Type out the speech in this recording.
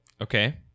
Okay